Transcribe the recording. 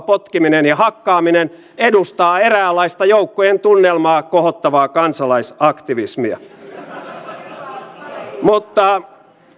käsittelyssä oleva sisäministeriön pääluokka on äärimmäisen tärkeä pääluokka tänä päivänä